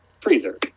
freezer